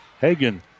Hagen